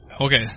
Okay